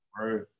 Right